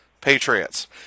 Patriots